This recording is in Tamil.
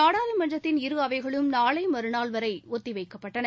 நாடாளுமன்றத்தின் இரு அவைகளும் நாளை மறுநாள் வரை ஒத்திவைக்கப்பட்டன